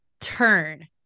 turn